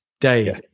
day